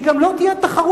כי גם לא תהיה תחרות,